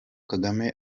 kagame